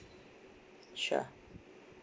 sure